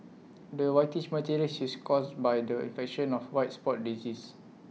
the whitish material is caused by the infection of white spot disease